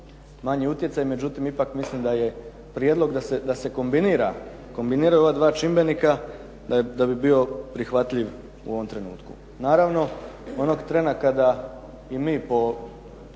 manji utjecaj, međutim ipak mislim da je prijedlog da se kombiniraju ova dva čimbenika da bi bio prihvatljiv u ovom trenutku. Naravno, onog trena kada i mi po